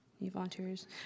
volunteers